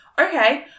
Okay